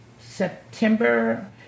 September